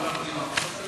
ההצעה